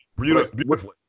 beautifully